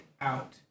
out